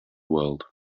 world